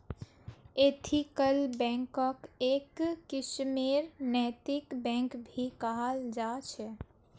ethical बैंकक् एक किस्मेर नैतिक बैंक भी कहाल जा छे